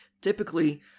Typically